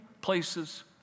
places